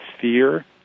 fear